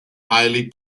highly